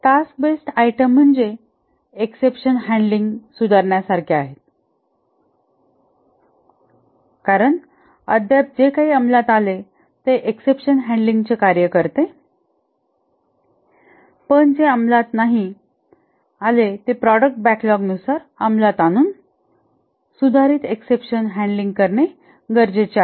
task based item म्हणजे exception handling सुधारण्यासारखे आहेत कारण अद्याप जे काही अमलात आले ते एक्ससेप्शन हँडलिंग चे कार्य करते पण जे अमलात नाही आले ते प्रॉडक्ट बॅकलॉग नुसार अमलात आणून सुधारित एक्ससेप्शन हँडलिंग करणे गरजेचे आहे